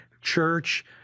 church